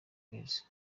kwezi